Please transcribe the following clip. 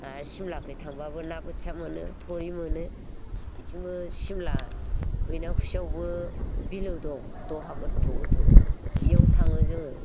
आरो सिमलाखै थांबाबो ना बोथिया मोनो थुरि मोनो बिथिंबो सिमला बैनावखुसियावबो बिलो दं दहा गोथौ गोथौ बियाव थाङो जोङो